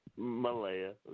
Malaya